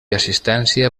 assistència